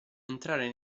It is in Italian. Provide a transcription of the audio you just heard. entrare